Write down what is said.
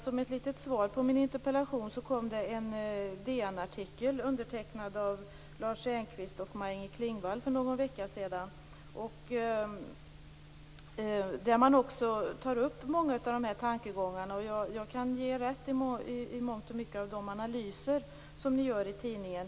Som ett litet svar på min interpellation kom det en Inger Klingvall för någon veckan sedan, där man tar upp många av dessa tankegångar. Jag kan ge er rätt i många av de analyser som ni gör i tidningen.